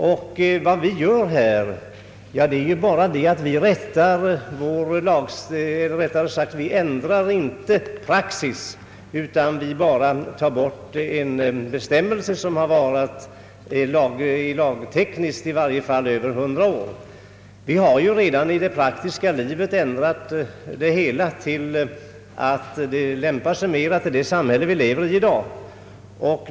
Vi avser inte här att ändra praxis, utan vi tar bara bort en bestämmelse som visserligen lagtekniskt har funnits i mer än 100 år men som inte gäller i praktiken. I det praktiska livet har vi nämligen redan anpassat det hela till det samhälle som vi lever i i dag.